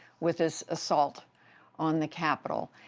with this assault on the capitol.